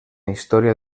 història